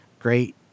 Great